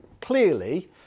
Clearly